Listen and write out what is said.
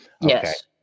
yes